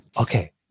okay